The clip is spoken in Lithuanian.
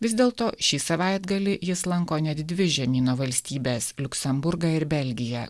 vis dėlto šį savaitgalį jis lanko net dvi žemyno valstybes liuksemburgą ir belgiją